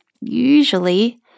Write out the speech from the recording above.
usually